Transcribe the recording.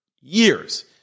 years